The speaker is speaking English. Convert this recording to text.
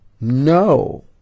no